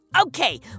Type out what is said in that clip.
Okay